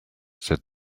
said